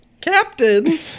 Captain